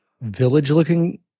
village-looking